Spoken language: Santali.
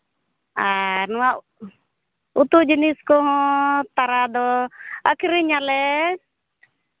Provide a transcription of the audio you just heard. ᱟᱨ ᱱᱚᱣᱟ ᱩᱛᱩ ᱡᱤᱱᱤᱥ ᱠᱚᱦᱚᱸ ᱛᱟᱨᱟ ᱫᱚ ᱟᱠᱷᱨᱤᱧᱟᱞᱮ